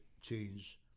change